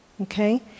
okay